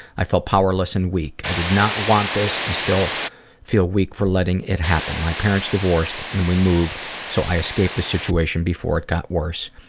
i felt powerless and weak. i did not want this and still feel weak for letting it happen. my parents divorced and we moved so i escaped the situation before it got worse.